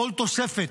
כל תוספת,